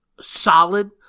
solid